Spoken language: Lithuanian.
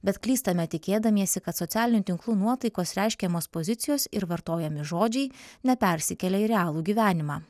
bet klystame tikėdamiesi kad socialinių tinklų nuotaikos reiškiamos pozicijos ir vartojami žodžiai nepersikelia į realų gyvenimą